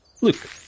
Look